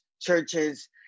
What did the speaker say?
churches